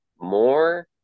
more